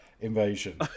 invasion